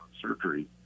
surgery